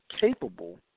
capable